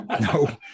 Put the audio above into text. No